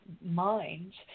minds